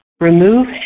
Remove